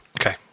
Okay